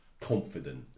confident